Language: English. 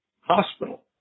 Hospital